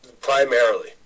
Primarily